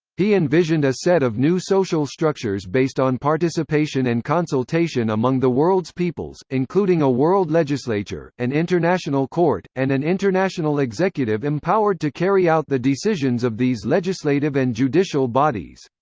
he envisioned a set of new social structures based on participation and consultation among the world's peoples, including a world legislature, an international court, and an international executive empowered to carry out the decisions of these legislative and judicial bodies.